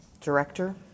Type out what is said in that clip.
director